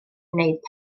wneud